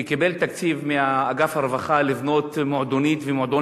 כי קיבל תקציב מאגף הרווחה לבנות מועדונית ומועדון